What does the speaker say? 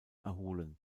erholen